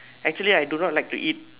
actually I do not like to eat